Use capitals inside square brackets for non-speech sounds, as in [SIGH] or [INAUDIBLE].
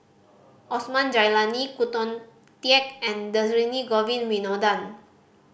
Osman Zailani Khoo [UNINTELLIGIBLE] Teik and Dhershini Govin Winodan